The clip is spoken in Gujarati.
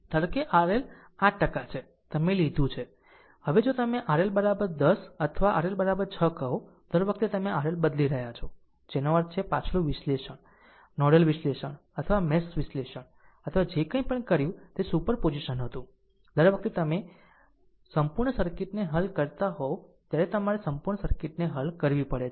ધારો કે RL 8 છે તમે લીધું છે હવે જો તમે RL 10 અથવા RL 6 કહો દર વખતે તમે RL બદલી રહ્યા છો જેનો અર્થ છે પાછલું વિશ્લેષણ નોડલ વિશ્લેષણ અથવા મેશ વિશ્લેષણ અથવા જે કંઈપણ કર્યું તે સુપર પોઝિશન હતું દર વખતે જ્યારે તમે સંપૂર્ણ સર્કિટને હલ કરતા હો ત્યારે તમારે સંપૂર્ણ સર્કિટને હલ કરવી પડે